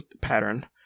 pattern